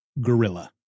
gorilla